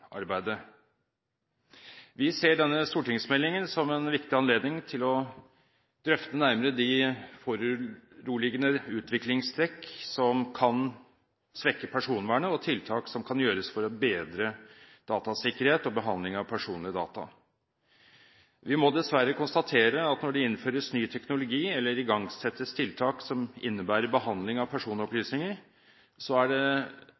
Vi ser denne stortingsmeldingen som en viktig anledning til å drøfte nærmere de foruroligende utviklingstrekk som kan svekke personvernet, og tiltak som kan gjøres for å bedre datasikkerhet og behandling av personlig data. Vi må dessverre konstatere at når det innføres ny teknologi eller igangsettes tiltak som innebærer behandling av personopplysninger, er det